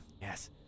yes